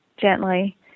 gently